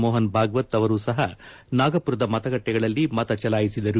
ಮೋಹನ್ ಭಾಗ್ಡತ್ ಅವರೂ ಸಹ ನಾಗಪುರದ ಮತಗಟ್ಟೆಗಳಲ್ಲಿ ಮತ ಚಲಾಯಿಸಿದರು